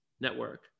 Network